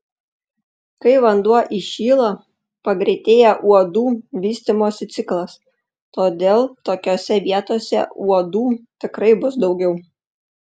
kai vanduo įšyla pagreitėja uodų vystymosi ciklas todėl tokiose vietose uodų tikrai bus daugiau